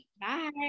Bye